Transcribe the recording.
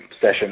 session